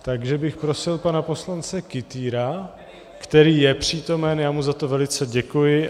Takže bych prosil pana poslance Kytýra, který je přítomen, já mu za to velice děkuji.